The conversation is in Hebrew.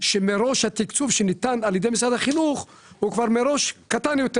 שמראש התקצוב שניתן על ידי משרד החינוך הוא קטן יותר